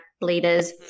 leaders